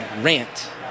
Rant